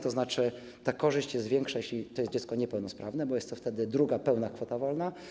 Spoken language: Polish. To znaczy ta korzyść jest większa, jeśli to jest dziecko niepełnosprawne, bo jest to wtedy druga pełna kwota wolna.